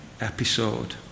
episode